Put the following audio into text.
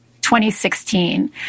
2016